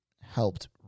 helped